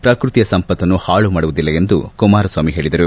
ಪ್ರಕೃತಿಯ ಸಂಪತ್ತನ್ನು ಹಾಳುಮಾಡುವುದಿಲ್ಲ ಎಂದು ಕುಮಾರಸ್ವಾಮಿ ಹೇಳಿದರು